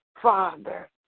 Father